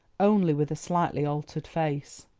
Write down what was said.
only with a slightly altered face,